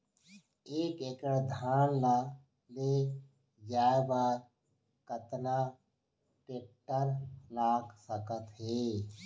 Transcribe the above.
एक एकड़ धान ल ले जाये बर कतना टेकटर लाग सकत हे?